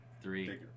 three